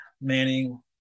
manning